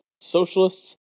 socialists